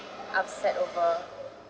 upset over